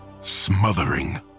smothering